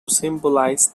symbolize